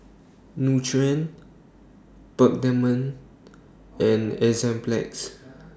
Nutren Peptamen and Enzyplex